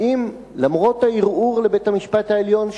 האם למרות הערעור לבית-המשפט העליון,